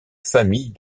famille